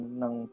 ng